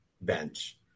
bench